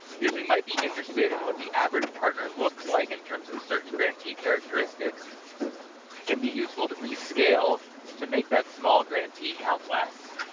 because we might be interested in what the average partner looks like in terms of certain grantee characteristics, it can be useful to rescale to make that small grantee count less.